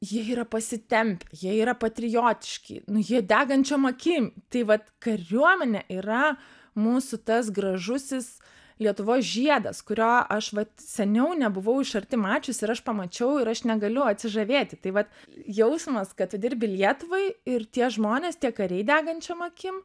jie yra pasitempę jie yra patriotiški nu jie degančiom akim tai vat kariuomenė yra mūsų tas gražusis lietuvos žiedas kurio aš vat seniau nebuvau iš arti mačius ir aš pamačiau ir aš negaliu atsižavėti tai vat jausmas kad tu dirbi lietuvai ir tie žmonės tie kariai degančiom akim